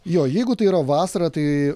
jo jeigu tai yra vasara tai